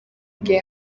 bwe